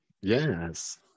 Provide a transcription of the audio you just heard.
Yes